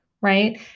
right